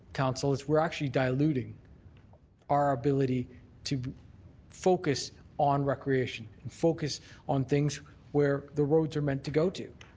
council, is we're actually diluting our ability to focus on recreation, and focus on things where the roads are meant to go to.